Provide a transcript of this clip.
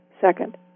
second